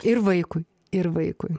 ir vaikui ir vaikui